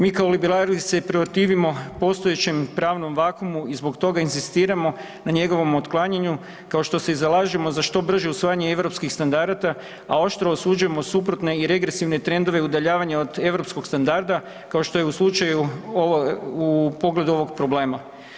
Mi kao liberali se protivimo postojećem pravnom vakuumu i zbog toga inzistiramo na njegovom otklanjanju, kao što se i zalažemo za što brže usvajanje europskih standarada, a oštro osuđujemo suprotne i regresivne trendove udaljavanja od europskog standarda, kao što je u slučaju, u pogledu ovog problema.